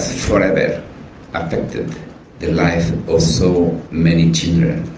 forever affected the life of so many children?